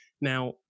Now